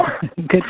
Good